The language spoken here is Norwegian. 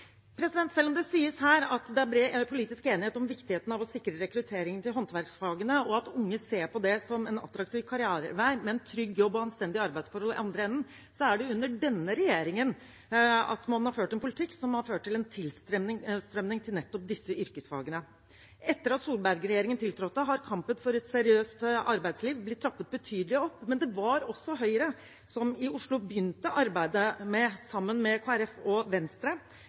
Selv om det sies her at det er bred politisk enighet om viktigheten av å sikre rekrutteringen til håndverksfagene, og at unge ser på det som en attraktiv karrierevei med en trygg jobb og anstendige arbeidsforhold i den andre enden, er det under denne regjeringen at man har ført en politikk som har ført til en tilstrømming til nettopp disse yrkesfagene. Etter at Solberg-regjeringen tiltrådte, har kampen for et seriøst arbeidsliv blitt trappet betydelig opp. Det var også Høyre som i Oslo begynte arbeidet i byrådet, sammen med Kristelig Folkeparti og Venstre,